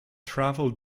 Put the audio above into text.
travel